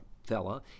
fella